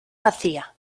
vacía